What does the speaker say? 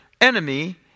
enemy